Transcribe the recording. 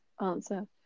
answer